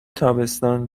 تابستان